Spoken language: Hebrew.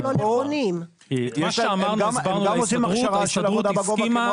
הסברנו להסתדרות, ההסתדרות הסכימה.